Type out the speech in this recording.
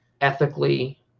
ethically